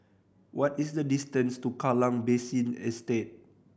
what is the distance to Kallang Basin Estate